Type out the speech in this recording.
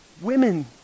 Women